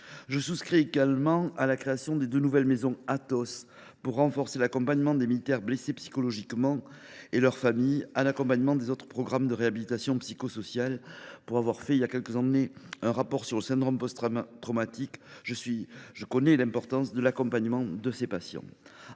approuvons également la création de deux nouvelles maisons Athos pour renforcer l’accompagnement des militaires blessés psychologiquement et de leurs familles, en complément des autres programmes de réhabilitation psychosociale. Pour avoir rédigé, voilà quelques années, un rapport sur le syndrome post traumatique, je sais l’importance de ce type de dispositif.